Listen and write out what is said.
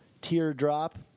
teardrop